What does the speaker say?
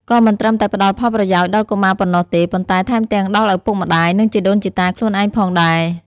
ក៏មិនត្រឹមតែផ្តល់ផលប្រយោជន៍ដល់កុមារប៉ុណ្ណោះទេ ប៉ុន្តែថែមទាំងដល់ឪពុកម្តាយ និងជីដូនជីតាខ្លួនឯងផងដែរ។